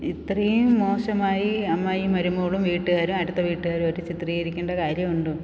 ഇത്രയും മോശമായി അമ്മായിയും മരുമകളും വീട്ടുകാരും അടുത്ത വീട്ടുകാരുമായിട്ട് ചിത്രീകരിക്കേണ്ട കാര്യമുണ്ടൊ